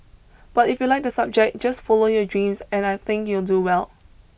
but if you like the subject just follow your dreams and I think you'll do well